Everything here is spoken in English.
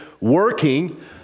working